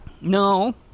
No